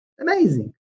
Amazing